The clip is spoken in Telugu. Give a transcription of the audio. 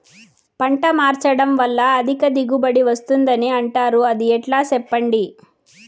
పంట మార్చడం వల్ల అధిక దిగుబడి వస్తుందని అంటారు అది ఎట్లా సెప్పండి